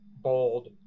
bold